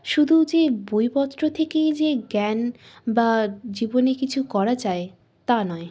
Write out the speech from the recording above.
শুধু যে বইপত্র থেকেই যে জ্ঞান বা জীবনে কিছু করা যায় তা নয়